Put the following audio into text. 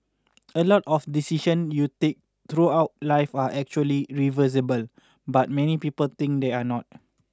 a lot of decision you take throughout life are actually reversible but many people think they're not